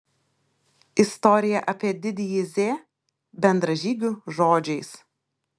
istorija apie didįjį z bendražygių žodžiais